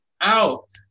out